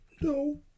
No